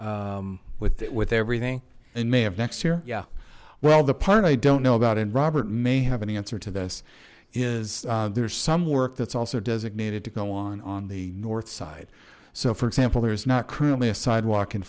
may with it with everything and may have next here yeah well the part i don't know about and robert may have an answer to this is there's some work that's also designated to go on on the north side so for example there is not currently a sidewalk in